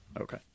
Okay